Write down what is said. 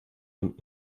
von